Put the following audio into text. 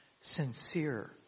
sincere